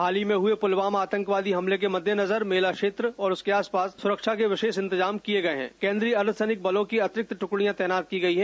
हाल ही में पुलवामा आतंकी हमले के मद्देनजर मेला क्षेत्र और उसके आसपास सुरक्षा के विशेष इंतजाम किये गए है और केंद्रीय अर्धसैनिक बलों की अतिरिक्त दुकड़ियां तैनात की गयी हैं